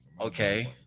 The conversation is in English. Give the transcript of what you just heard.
Okay